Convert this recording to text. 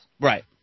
Right